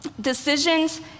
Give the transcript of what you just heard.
decisions